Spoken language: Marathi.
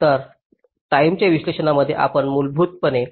तर टाईमच्या विश्लेषणामध्ये आपण मूलभूतपणे